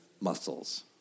muscles